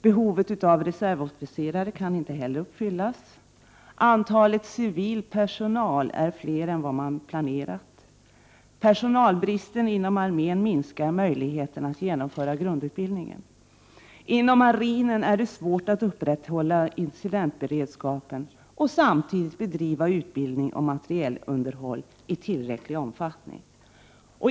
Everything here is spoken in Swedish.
Behovet av reservofficerare kan inte heller tillgodoses. Antalet civilanställda är fler än vad som planerats. Personalbristen inom armén minskar möjligheterna att genomföra grundutbildningen. Inom marinen är det svårt att upprätthålla incidentberedskapen och samtidigt bedriva utbildning och materielunderhåll i tillräcklig omfattning.